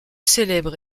célèbre